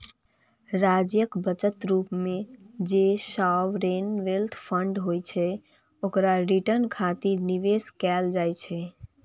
राज्यक बचत रूप मे जे सॉवरेन वेल्थ फंड होइ छै, ओकरा रिटर्न खातिर निवेश कैल जाइ छै